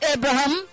Abraham